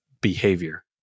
behavior